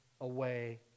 away